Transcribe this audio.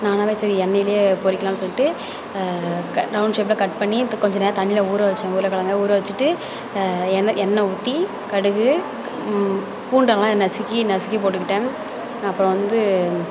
நானாகவே சரி எண்ணெயிலயே பொரிக்கலாம்னு சொல்லிட்டு க ரவுண்ட் ஷேஃப்ல கட் பண்ணி கொஞ்ச நேரம் தண்ணியில் ஊறவைச்சேன் உருளைக் கெழங்க ஊறவச்சுட்டு எண்ணெய் எண்ணெய் ஊற்றி கடுகு பூண்டெல்லாம் நசுக்கி நசுக்கி போட்டுக்கிட்டேன் அப்புறம் வந்து